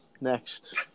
Next